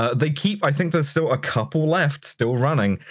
they keep, i think there's still a couple left, still running.